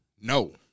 No